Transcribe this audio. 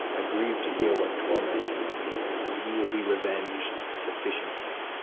i grieue to heare what torments you endur'd, but we will be reueng'd sufficiently.